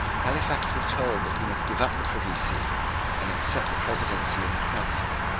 halifax was told that he must give up the privy seal and accept the presidency of the council.